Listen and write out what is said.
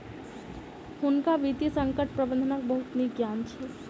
हुनका वित्तीय संकट प्रबंधनक बहुत नीक ज्ञान छल